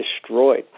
destroyed